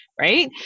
right